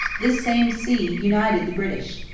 this same sea united the british.